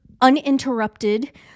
uninterrupted